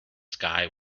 sky